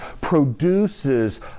produces